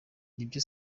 nibyo